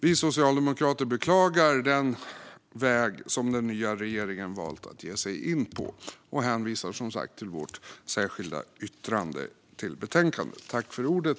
Vi socialdemokrater beklagar den väg som den nya regeringen valt att ge sig in på och hänvisar som sagt till vårt särskilda yttrande i betänkandet.